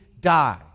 die